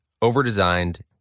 overdesigned